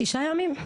שישה ימים?